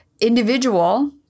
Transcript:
individual